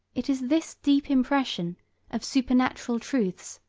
it is this deep impression of supernatural truths,